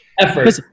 effort